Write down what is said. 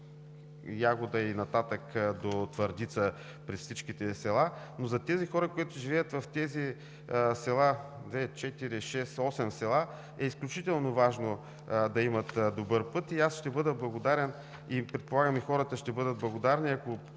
път Ягода и нататък до Твърдица през всичките села, но за тези хора, които живеят в тези осем села, е изключително важно да имат добър път. Аз ще бъда благодарен, предполагам и хората ще бъдат, ако поне